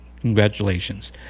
congratulations